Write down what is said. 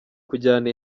kujyana